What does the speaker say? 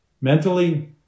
mentally